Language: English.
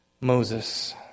Moses